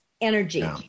energy